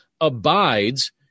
abides